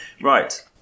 Right